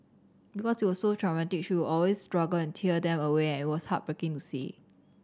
because it was so traumatic she would always struggle and tear them away and it was heartbreaking to see